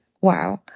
Wow